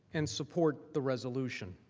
and supported the resolution.